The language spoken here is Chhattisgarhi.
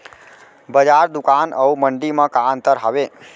बजार, दुकान अऊ मंडी मा का अंतर हावे?